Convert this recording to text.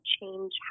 change